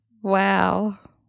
Wow